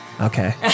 Okay